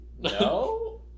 No